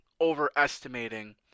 overestimating